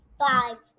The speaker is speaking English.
five